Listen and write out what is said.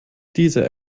diese